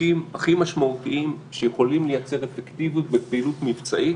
החוקים הכי משמעותיים שיכולים לייצר אפקטיביות בפעילות מבצעית,